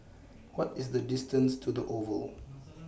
What IS The distance to The Oval